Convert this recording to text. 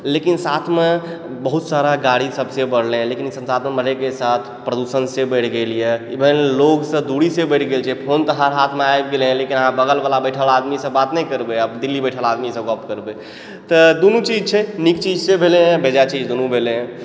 लेकिन साथमे बहुत सारा गाड़ी सबसँ बढ़लै हँ लेकिन संसाधन बढ़ैके साथ प्रदुषणसे बढि गेलै हँ इवेन लोगसँ दूरीसे बढि गेल छै फोनतऽ हर् हाथमे आबि गेलै हँ लेकिन बगलवला बैठल आदमीसँ बात नहि करबै आओर दिल्ली बैठल आदमीसँ गप्प करबै तऽ दुनू चीज छै नीक चीज से भेलै हँ बेजाए चीज दुनू भेलै हँ